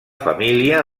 família